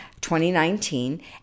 2019